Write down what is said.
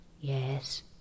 Yes